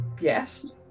yes